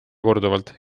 korduvalt